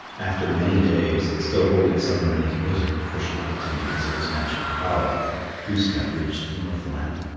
after many days, still holding summer in his bosom for she loved him because of his magic power glooskap reached the northland.